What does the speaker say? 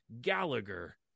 Gallagher